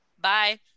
bye